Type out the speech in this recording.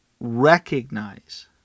recognize